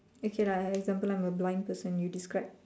okay lah example I'm a blind person you describe